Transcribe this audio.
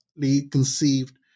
conceived